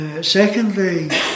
secondly